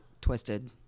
twisted